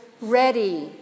ready